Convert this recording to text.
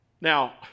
Now